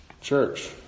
Church